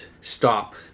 stop